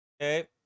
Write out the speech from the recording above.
Okay